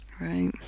right